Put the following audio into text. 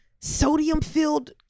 sodium-filled